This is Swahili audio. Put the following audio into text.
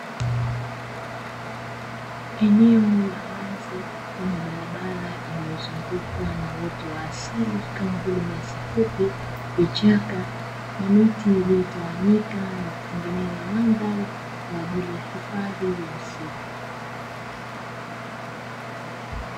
Eneo la wazi lenye barabara inayozungukwa na uoto wa asili kama vile nyasi fupi, vichaka na miti iliyotawanyika na kutengeneza mandhari kwa ajili ya hifadhi ya msitu.